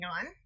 on